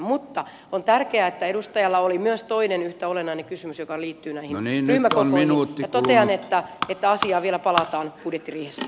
mutta on tärkeää että edustajalla oli myös toinen yhtä olennainen kysymys joka liittyy näihin ryhmäkokoihin ja totean että asiaan vielä palataan budjettiriihessä